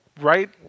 right